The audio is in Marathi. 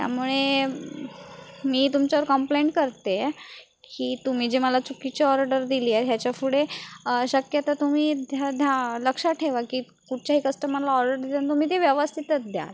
त्यामुळे मी तुमच्यावर कम्प्लेंट करते आहे की तुम्ही जी मला चुकीची ऑर्डर दिली आहे ह्याच्यापुढे शक्यतो तुम्ही ध्या धा लक्ष ठेवा की कुठच्याही कस्टमरला तुम्ही ती व्यवस्थितच द्याल